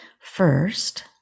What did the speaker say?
First